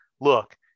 Look